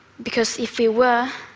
because if we were,